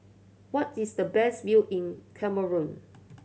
what is the best view in Cameroon